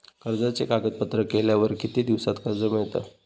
कर्जाचे कागदपत्र केल्यावर किती दिवसात कर्ज मिळता?